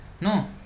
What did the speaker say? no